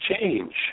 change